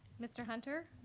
mr. hunter?